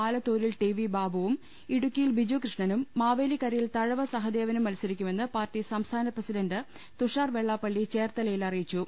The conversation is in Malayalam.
ആലത്തൂരിൽ ടി വി ബാബുവും ഇടുക്കിയിൽ ബിജു കൃഷ്ണനും മാവേലിക്കരയിൽ തഴവ സഹദേവനും മത്സ രിക്കു മെന്ന് പാർട്ടി സംസ്ഥാന പ്രസിഡണ്ട് തുഷാർ വെള്ളാപ്പള്ളി ചേർത്തലയിൽ അറിയിച്ചു